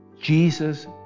Jesus